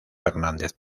hernández